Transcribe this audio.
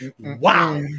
Wow